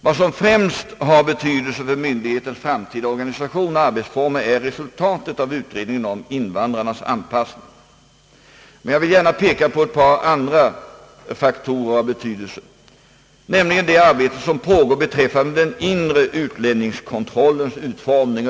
Vad som främst har betydelse för myndighetens framtida organisation och arbetsformer är resultatet av utredningen om invandrarnas anpassning. Men jag vill gärna peka på ett par andra faktorer av betydelse, nämligen det arbete som pågår beträffande den inre utlänningskontrollens utformning.